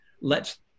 lets